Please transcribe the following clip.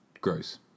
Gross